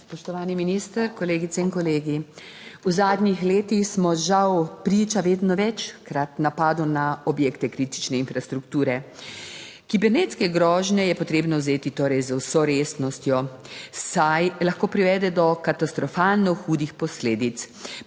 Spoštovani minister, kolegice in kolegi. V zadnjih letih smo, žal, priča vedno večkrat napadu na objekte kritične infrastrukture. Kibernetske grožnje je potrebno vzeti torej z vso resnostjo, saj lahko privede do katastrofalno hudih posledic.